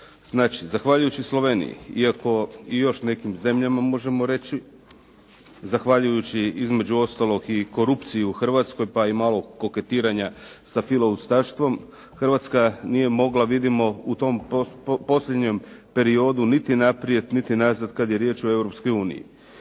Znači zahvaljujući Sloveniji, iako i još nekih zemljama možemo reći, zahvaljujući između ostalog i korupciji u Hrvatskoj pa i malo koketiranja sa filo-ustaštvom Hrvatska nije mogla vidimo u tom posljednjem periodu niti naprijed, niti nazad kada je riječ o